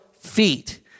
feet